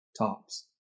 tops